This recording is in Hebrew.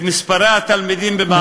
לא מזמן את מספרי התלמידים במערכת החינוך.